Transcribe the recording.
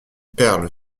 perle